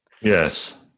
Yes